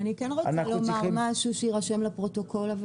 אני כן רוצה לומר משהו שיירשם לפרוטוקול.